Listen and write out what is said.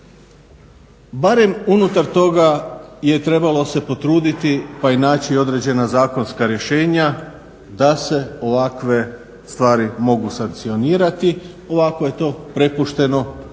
Barem unutar toga je trebalo se potruditi pa i naći određena zakonska rješenja da se ovakve stvari mogu sankcionirati, ovako je to prepušteno